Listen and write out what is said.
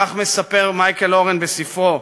כך מספר מייקל אורן בספרו,